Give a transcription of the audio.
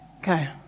Okay